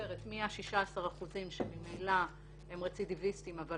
עוברת מ-16% שהם ממילא רצידיביסטים אבל